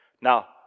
Now